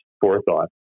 forethought